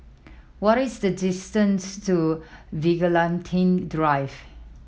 what is the distance to Vigilante Drive